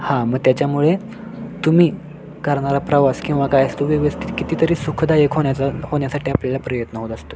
हां मग त्याच्यामुळे तुम्ही करणारा प्रवास किंवा काय असतो व्यवस्थित कितीतरी सुखदायक होण्याचा होण्यासाठी आपल्याला प्रयत्न होत असतो